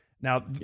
Now